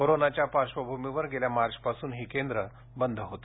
कोरोनाच्या पार्श्वभूमीवर गेल्या मार्चपासून ही केंद्र बंद होती